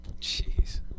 Jeez